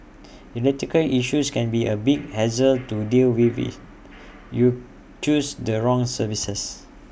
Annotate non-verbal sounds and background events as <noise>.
<noise> electrical issues can be A big hassle to deal with if you choose the wrong services